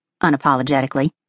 unapologetically